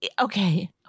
Okay